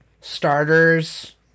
starters